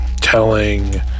telling